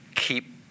keep